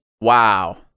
Wow